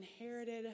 inherited